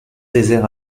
désert